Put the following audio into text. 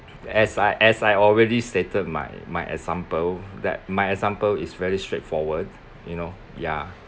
as I as I already stated my my example that my example is very straight forward you know ya